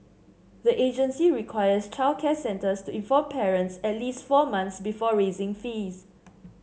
the agency requires childcare centres to inform parents at least four months before raising fees